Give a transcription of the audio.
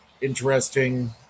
interesting